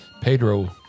Pedro